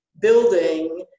building